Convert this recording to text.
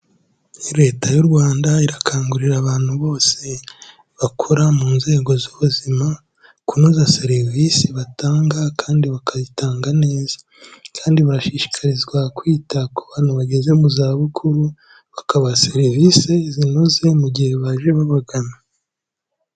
Leta y'u Rwanda irakangurira abantu bose bakora mu nzego z'ubuzima, kunoza serivisi batanga kandi bakayitanga neza kandi barashishikarizwa kwita ku bantu bageze mu zabukuru bakabaha serivisi zinoze mu gihe baje babagana.